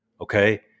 okay